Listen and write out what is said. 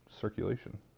circulation